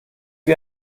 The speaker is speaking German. wie